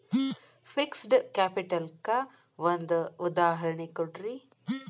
fixed capital ಕ್ಕ ಒಂದ್ ಉದಾಹರ್ಣಿ ಕೊಡ್ರಿ